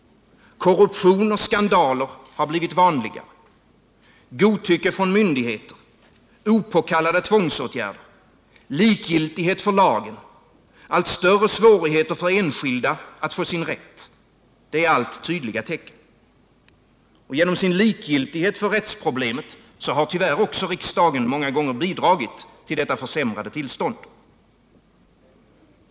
Korruption och skandaler har blivit vanligare. Godtycke från myndigheter, opåkallade tvångsåtgärder, likgiltighet för lagen, allt större svårigheter för enskilda att få sin rätt —det är tydliga tecken. Genom sin likgiltighet för rättsproblemet har tyvärr också riksdagen många gånger bidragit till detta försämrade tillstånd.